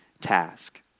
task